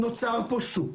נוצר פה שוק.